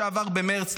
שעבר במרץ,